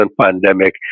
pandemic